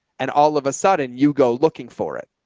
and all of a sudden you go looking for it.